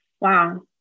Wow